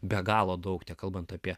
be galo daug nekalbant apie